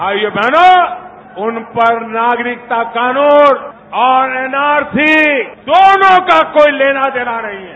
भाईयों बहनों उनपर नागरिकता कानून और एनआरसी दोनों का कोई लेना देना नहीं हैं